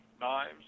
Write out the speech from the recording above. knives